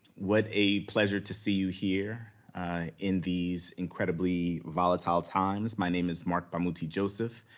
what a pleasure to see you here in these incredibly volatile times. my name is marc bamuthi joseph.